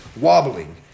wobbling